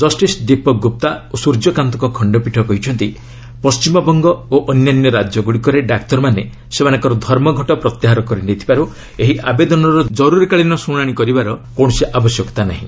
ଜଷିସ୍ ଦୀପକ ଗୁପ୍ତା ଓ ସ୍ୱର୍ଯ୍ୟ କାନ୍ତ୍କ ଖଣ୍ଡପୀଠ କହିଛନ୍ତି ପଶ୍ଚିମବଙ୍ଗ ଓ ଅନ୍ୟାନ୍ୟ ରାଜ୍ୟଗୁଡ଼ିକରେ ଡାକ୍ତରମାନେ ସେମାନଙ୍କର ଧର୍ମଘଟ ପ୍ରତ୍ୟାହାର କରି ନେଇଥିବାରୁ ଏହି ଆବେଦନର କରୁରୀକାଳୀନ ଶୁଣାଶି କରିବାର କୌଣସି ଆବଶ୍ୟକତା ନାହିଁ